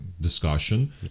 discussion